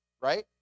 right